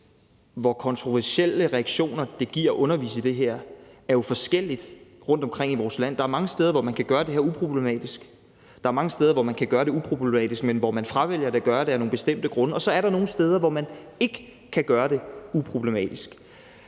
hvor kontroversielle reaktioner det giver at undervise i det her, er jo forskelligt rundtomkring i vores land. Der er mange steder, hvor det er uproblematisk at gøre det her. Der er mange steder, hvor det er uproblematisk at gøre det, men hvor man fravælger at gøre det af nogle bestemte grunde. Og så er der nogle steder, hvor det ikke er uproblematisk